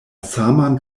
saman